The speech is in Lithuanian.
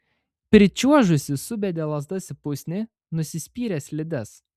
pričiuožusi subedė lazdas į pusnį nusispyrė slides